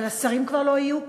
אבל השרים כבר לא יהיו פה.